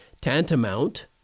tantamount